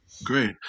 Great